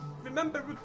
Remember